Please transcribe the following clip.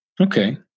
Okay